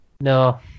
no